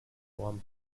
warm